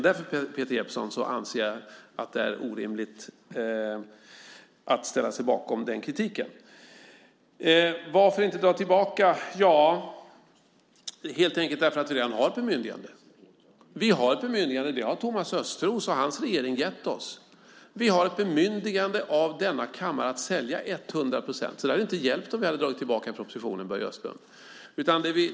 Därför, Peter Jeppsson, anser jag att det är orimligt att ställa sig bakom den kritiken. Varför inte dra tillbaka, säger Börje Vestlund. Det är helt enkelt för att vi redan har ett bemyndigande. Det har Thomas Östros och hans regering gett oss. Vi har ett bemyndigande av denna kammare att sälja 100 procent. Det hade inte hjälpt om vi hade dragit tillbaka propositionen, Börje Vestlund.